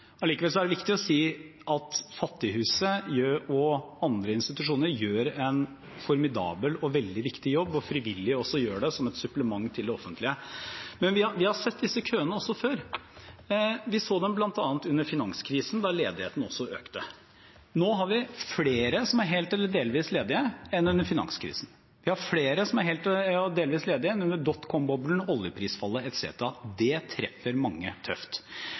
Allikevel er det viktig å si at Fattighuset og andre institusjoner gjør en formidabel og veldig viktig jobb. Også frivillige gjør det som et supplement til det offentlige. Men vi har sett disse køene også før. Vi så dem bl.a. under finanskrisen, da ledigheten også økte. Nå har vi flere som er helt eller delvis ledige enn under finanskrisen. Vi har flere som er helt eller delvis ledige enn under Dot com-boblen, oljeprisfallet etc. Det treffer mange tøft.